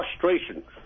frustrations